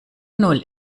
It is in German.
null